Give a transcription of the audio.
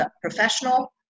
professional